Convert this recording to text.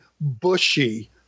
bushy